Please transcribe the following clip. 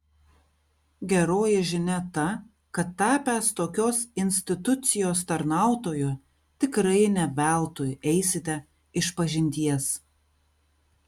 geroji žinia ta kad tapęs tokios institucijos tarnautoju tikrai ne veltui eisite išpažinties